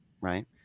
right